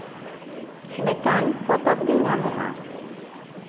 ᱞᱮᱠᱟᱱ ᱯᱚᱛᱚᱵ ᱜᱮ ᱧᱟᱢᱚᱜᱼᱟ